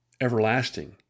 everlasting